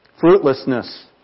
Fruitlessness